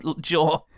jaw